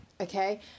Okay